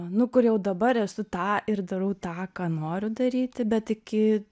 nu kur jau dabar esu tą ir darau tą ką noriu daryti bet iki